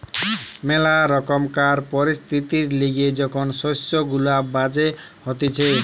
ম্যালা রকমকার পরিস্থিতির লিগে যখন শস্য গুলা বাজে হতিছে